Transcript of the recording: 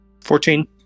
Fourteen